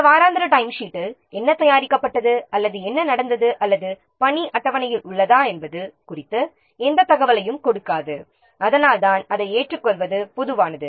இந்த வாராந்திர டைம்ஷீட்டில் என்ன தயாரிக்கப்பட்டது அல்லது என்ன நடந்தது அல்லது பணி அட்டவணையில் உள்ளதா என்பது குறித்து எந்த தகவலையும் கொடுக்காது அதனால்தான் அதை ஏற்றுக்கொள்வது பொதுவானது